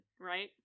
right